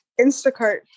Instacart